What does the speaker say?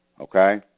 Okay